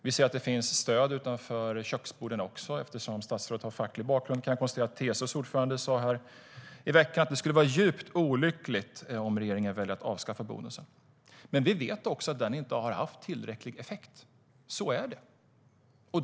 Vi ser att det finns stöd utanför köksborden också. Eftersom statsrådet har facklig bakgrund kan jag påpeka att TCO:s ordförande sa i veckan att "det skulle vara djupt olyckligt om regeringen väljer att avskaffa bonusen".Vi vet också att bonusen inte har haft tillräcklig effekt. Så är det.